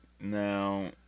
Now